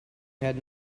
had